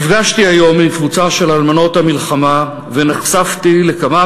נפגשתי היום עם קבוצה של אלמנות המלחמה ונחשפתי לכמה